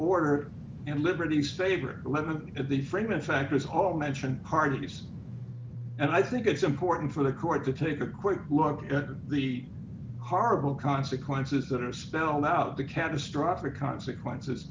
order and liberties favor one of the freeman factors all mention parties and i think it's important for the court to take a quick look at the horrible consequences that are spelled out the catastrophic consequences